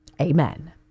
Amen